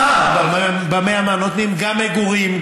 ב-100 נותנים גם מגורים,